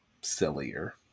sillier